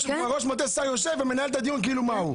מטה השר יושב ומנהל את הדיון כאילו מהו.